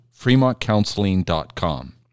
fremontcounseling.com